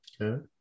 Okay